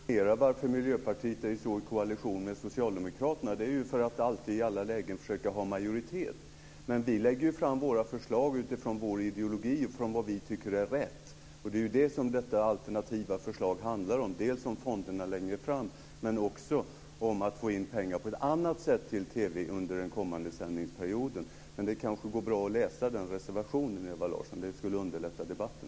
Fru talman! Nu förstår jag bättre varför Miljöpartiet är i koalition med Socialdemokraterna. Det är för att alltid i alla lägen försöka ha majoritet. Vi lägger fram våra förslag utifrån vår ideologi och utifrån det vi tycker är rätt. Det är det som detta alternativa förslag handlar om, dels om fonderna längre fram, dels om att få in pengar till TV på ett annat sätt under den kommande sändningsperioden. Det kanske går bra att läsa den reservationen, Ewa Larsson. Det skulle underlätta debatten.